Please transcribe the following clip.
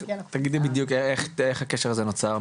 תגידי בדיוק איך הקשר הזה נוצר.